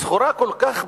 סחורה כל כך בזויה,